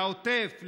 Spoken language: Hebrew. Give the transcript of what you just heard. לעוטף,